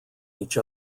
each